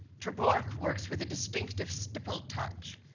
ter borch works with a distinctive stipple touch,